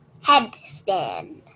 Headstand